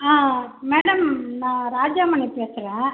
ஆ madam நான் ராஜாமணி பேசுகிறேன்